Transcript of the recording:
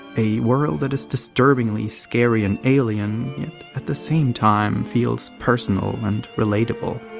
a world that is disturbingly scary and alien, yet at the same time feels personal and relatable.